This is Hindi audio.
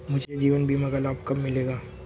मुझे जीवन बीमा का लाभ कब मिलेगा?